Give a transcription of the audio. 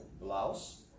blouse